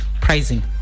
pricing